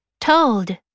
Told